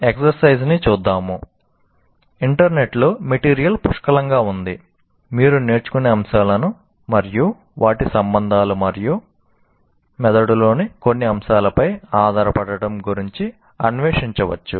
" ఇంటర్నెట్లో మెటీరియల్ పుష్కలంగా ఉంది మీరు నేర్చుకునే అంశాలను మరియు వాటి సంబంధాలు మరియు మెదడులోని కొన్ని అంశాలపై ఆధారపడటం గురించి అన్వేషించవచ్చు